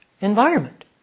environment